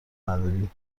نداری